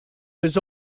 was